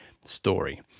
story